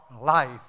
life